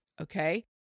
Okay